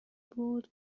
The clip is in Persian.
بود